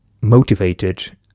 motivated